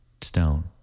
stone